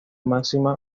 máxima